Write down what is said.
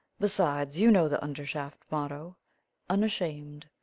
besides, you know the undershaft motto unashamed.